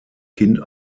kind